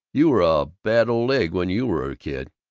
you were a bad old egg when you were a kid!